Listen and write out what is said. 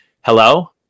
Hello